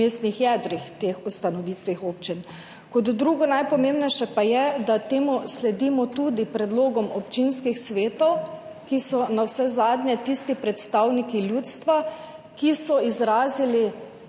mestnih jedrih teh ustanovljenih občin. Drugo najpomembnejše pa je, da s tem sledimo tudi predlogom občinskih svetov, ki so navsezadnje tisti predstavniki ljudstva, ki so izrazili